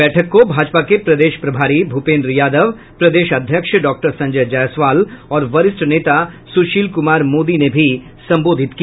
बैठक को भाजपा के प्रदेश प्रभारी भूपेन्द्र यादव प्रदेश अध्यक्ष डॉक्टर संजय जायसवाल और वरिष्ठ नेता सुशील कुमार मोदी ने भी संबोधित किया